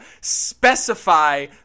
specify